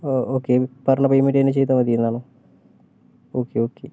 ഓ okay പറഞ്ഞ payment തന്നെ ചെയ്താൽ മതിയെന്നാണോ ഓക്കെ ഓക്കെ